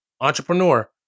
entrepreneur